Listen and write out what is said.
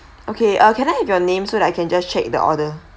okay ah can I have your name so that I can just check the order